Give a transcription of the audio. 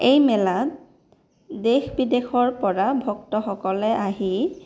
এই মেলাত দেশ বিদেশৰ পৰা ভক্তসকলে আহি